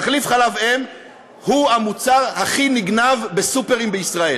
תחליף חלב אם הוא המוצר הכי נגנב בסופרים בישראל.